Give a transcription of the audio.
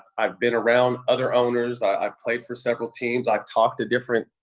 i've been around other owners. i've played for several teams. i've talked to different